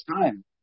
time